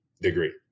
degree